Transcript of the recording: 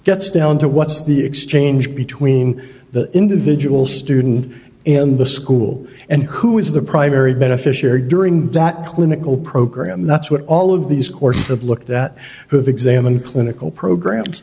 gets down to what's the exchange between the individual student in the school and who is the primary beneficiary during that clinical program that's what all of these courses of look that have examined clinical programs